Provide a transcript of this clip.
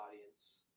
audience